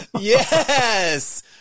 Yes